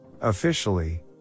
Officially